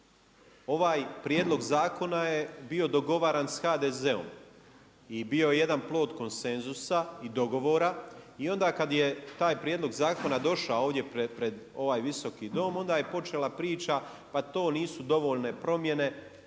Ovaj prijedlog zakona je bio dogovaran sa HDZ-om i bio je jedan plod konsenzusa i dogovora i onda kada je taj prijedlog zakona došao ovdje pred ovaj Visoki dom onda je počela priča pa to nisu dovoljne promjene.